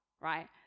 right